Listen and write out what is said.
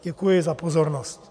Děkuji za pozornost.